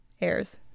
airs